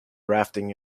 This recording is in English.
rafting